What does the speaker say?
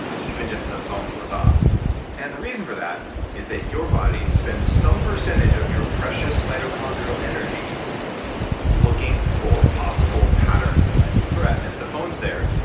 even if the phone was off and the reason for that is that your body spends some percentage of your precious mitochondrial energy looking for possible patterns that might be a threat. and if the phone's there,